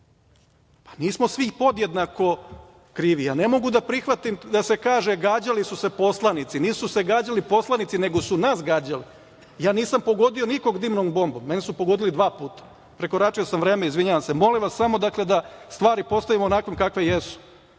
nismo svi podjednako krivi. Ja ne mogu da prihvatim da se kaže - gađali su se poslanici. Nisu se gađali poslanici, nego su nas gađali. Ja nisam pogodio nikog dimnom bombom, a mne su pogodili dva puta. Prekoračio sam vreme. Izvinjavam se. Molim vas samo da stvari postavimo onakvim kakve jesu,